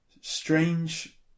Strange